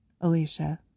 alicia